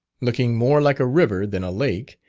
looking more like a river than a lake,